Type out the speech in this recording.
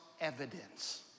Evidence